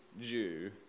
Jew